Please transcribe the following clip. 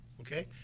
Okay